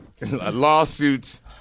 Lawsuits